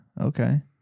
Okay